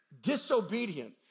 disobedience